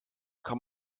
kann